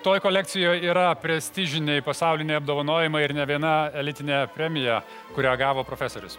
toj kolekcijoj yra prestižiniai pasauliniai apdovanojimai ir ne viena elitinė premija kurią gavo profesorius